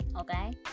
okay